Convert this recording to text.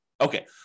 Okay